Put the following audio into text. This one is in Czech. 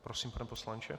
Prosím, pane poslanče.